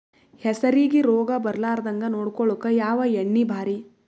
ಹೆಸರಿಗಿ ರೋಗ ಬರಲಾರದಂಗ ನೊಡಕೊಳುಕ ಯಾವ ಎಣ್ಣಿ ಭಾರಿ?